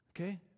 Okay